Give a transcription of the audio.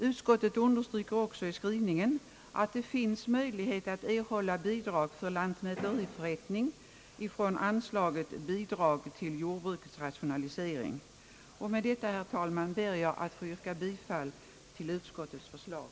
Utskottet understryker också i sin skrivning att det finns möjlighet att erhålla bidrag till lantmäteriförrättningar från anslaget Bidrag till jordbrukets rationalisering. Med detta ber jag, herr talman, att få yrka bifall till utskottets förslag.